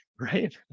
Right